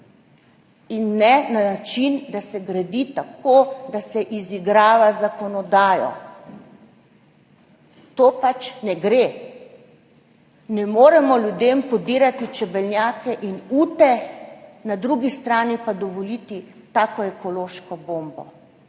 in ne na način, da se gradi tako, da se izigrava zakonodajo. To pač ne gre, ne moremo ljudem podirati čebelnjakov in ut, na drugi strani pa dovoliti tako ekološko bombo,